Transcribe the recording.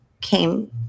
came